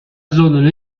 zone